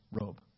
robe